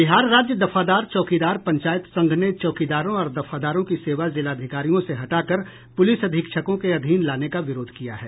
बिहार राज्य दफादार चौकीदार पंचायत संघ ने चौकीदारों और दफादारों की सेवा जिलाधिकारियों से हटाकर पुलिस अधीक्षकों के अधीन लाने का विरोध किया है